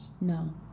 no